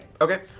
Okay